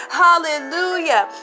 hallelujah